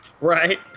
Right